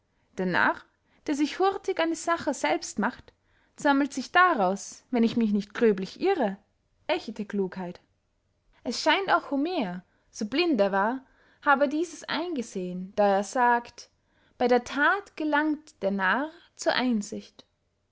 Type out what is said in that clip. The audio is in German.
der narr der sich hurtig an die sache selbst macht sammelt sich daraus wenn ich mich nicht gröblich irre ächte klugheit es scheint auch homer so blind er war habe dieses eingesehen da er sagt bey der that gelangt der narr zur einsicht